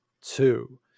two